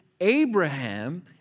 Abraham